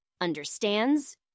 understands